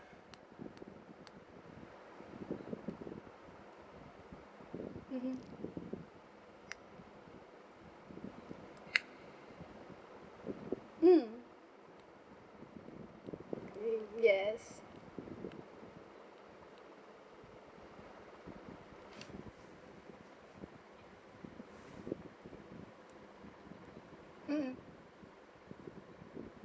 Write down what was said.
mmhmm mm hmm yes mmhmm